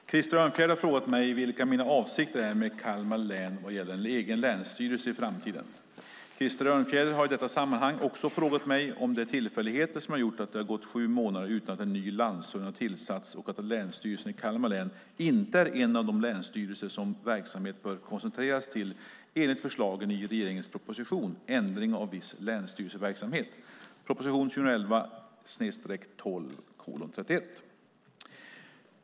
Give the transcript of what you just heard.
Fru talman! Krister Örnfjäder har frågat mig vilka mina avsikter är med Kalmar län vad gäller en egen länsstyrelse i framtiden. Krister Örnfjäder har i detta sammanhang också frågat mig om det är tillfälligheter som har gjort att det har gått sju månader utan att en ny landshövding har tillsatts och att Länsstyrelsen i Kalmar län inte är en av de länsstyrelser som verksamhet bör koncentreras till enligt förslagen i regeringens proposition Ändring av viss länsstyrelseverksamhet .